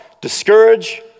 discourage